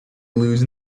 lose